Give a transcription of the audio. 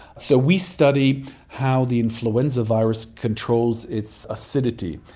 so we study how the influenza virus controls its acidity.